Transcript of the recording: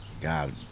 God